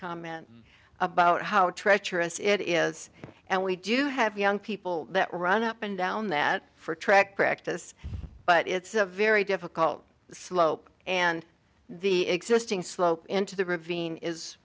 comment about how treacherous it is and we do have young people that run up and down that for track practice but it's a very difficult slope and the existing slope into the